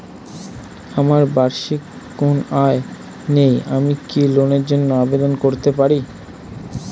আমার বার্ষিক কোন আয় নেই আমি কি লোনের জন্য আবেদন করতে পারি?